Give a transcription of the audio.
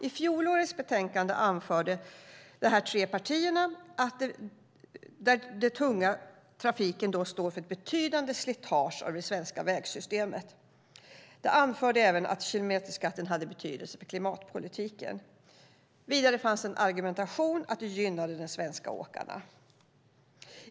I fjolårets betänkande anförde de här tre partierna att den tunga trafiken står för ett betydande slitage på det svenska vägsystemet. De anförde även att kilometerskatten hade betydelse för klimatpolitiken. Vidare fanns det en argumentation om att det gynnade de svenska åkarna.